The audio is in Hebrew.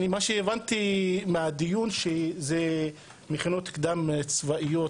אני מה שהבנתי מהדיון זה שאלו מכינות קדם צבאיות